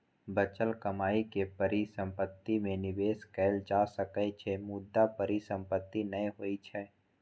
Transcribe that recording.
बचल कमाइ के परिसंपत्ति मे निवेश कैल जा सकै छै, मुदा परिसंपत्ति नै होइ छै